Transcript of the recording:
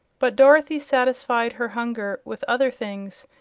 but dorothy satisfied her hunger with other things,